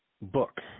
Book